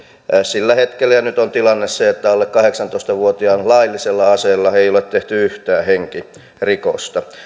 sillä hetkellä oli ja nyt on tilanne se että alle kahdeksantoista vuotiaan laillisella aseella ei ole tehty yhtään henkirikosta